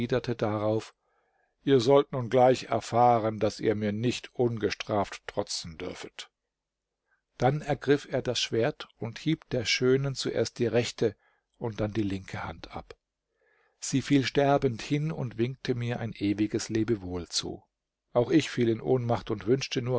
darauf ihr sollt nun gleich erfahren daß ihr mir nicht ungestraft trotzen dürfet dann ergriff er das schwert und hieb der schönen zuerst die rechte und dann die linke hand ab sie fiel sterbend hin und winkte mir ein ewiges lebewohl zu auch ich fiel in ohnmacht und wünschte nur